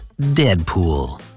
Deadpool